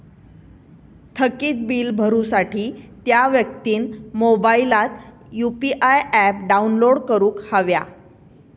थकीत बील भरुसाठी त्या व्यक्तिन मोबाईलात यु.पी.आय ऍप डाउनलोड करूक हव्या